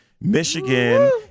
Michigan